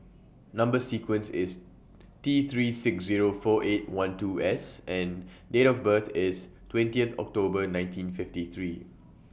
Number sequence IS T three six Zero four eight one two S and Date of birth IS twentieth October nineteen fifty three